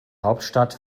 hauptstadt